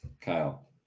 Kyle